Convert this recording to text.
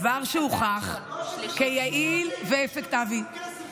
או שזה פרסונלי או, דבר שהוכח כיעיל ואפקטיבי.